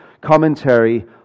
commentary